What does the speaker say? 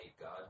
God